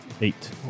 Eight